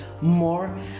more